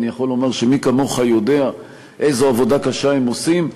אני יכול לומר שמי כמוך יודע איזו עבודה קשה הם עושים.